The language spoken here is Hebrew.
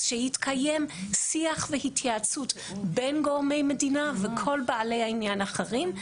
שיתקיימו שיח והתייעצות בין גורמי המדינה וכל בעלי העניין האחרים,